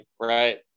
right